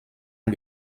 ont